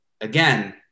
again